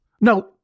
No